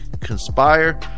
conspire